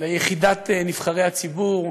ליחידת נבחרי הציבור,